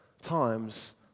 times